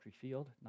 Field